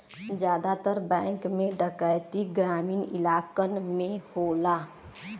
जादातर बैंक में डैकैती ग्रामीन इलाकन में होला